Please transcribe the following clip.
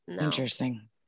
interesting